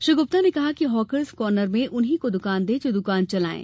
श्री गुप्ता ने कहा कि हाकर्स कार्नर में उन्हीं को दुकान दें जो दुकान चलायें